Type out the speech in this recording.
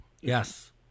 Yes